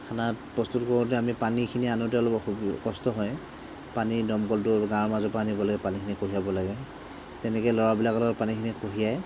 খানা প্ৰস্তুত কৰোঁতে আমি পানীখিনি আনোঁতে অলপ অসু কষ্ট হয় পানী দমকলটো গাঁৱৰ মাজৰ পৰা আনিবলৈ পানীখিনি কঢ়িয়াব লাগে তেনেকৈ ল'ৰাবিলাকৰ লগত পানীখিনি কঢ়িয়াই